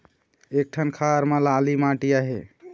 एक ठन खार म लाली माटी आहे?